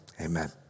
amen